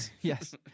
Yes